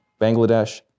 Bangladesh